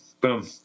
Boom